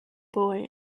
boy